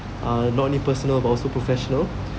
uh not only personal but also professional